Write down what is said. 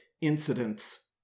incidents